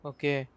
Okay